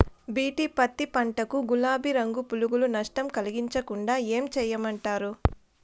BT పత్తి పంట కు, గులాబీ రంగు పులుగులు నష్టం కలిగించకుండా ఏం చేయమంటారు?